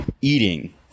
eating